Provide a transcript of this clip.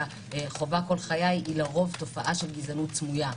חווה כל חיי היא לרוב תופעה של גזענות סמויה.